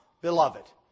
beloved